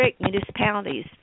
municipalities